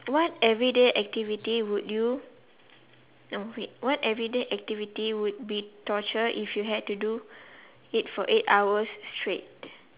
what everyday activity would you no wait what everyday activity would be torture if you had to do it for eight hours straight